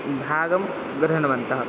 भागं गृह्णवन्तः